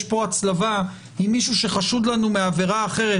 פה הצלבה עם מישהו שחשוד לנו מעבירה אחרת,